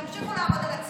תמשיכו לעבוד על הציבור.